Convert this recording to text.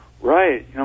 Right